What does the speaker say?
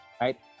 Right